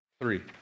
three